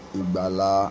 ibala